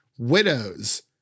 widows